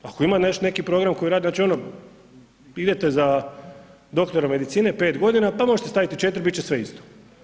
Ako ima neki program koji radi, znači ono idete za doktora medicine 5 godina pa možete staviti i 4 bit će sve isto.